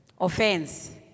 Offense